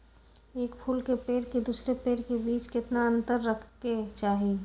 एक फुल के पेड़ के दूसरे पेड़ के बीज केतना अंतर रखके चाहि?